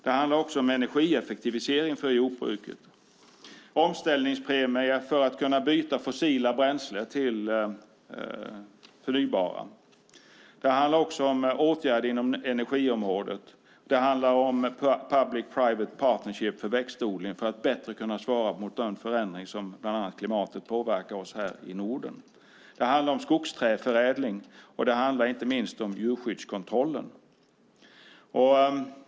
Det handlar om energieffektivisering för jordbruket. Det handlar om omställningspremier för att kunna byta fossilt bränsle till förnybart. Det handlar om åtgärder inom energiområdet. Det handlar om public private partnership för växtodling för att bättre kunna svara mot den förändring som klimatet innebär här i Norden. Det handlar om skogsträdsförädling, och det handlar inte minst om djurskyddskontroll.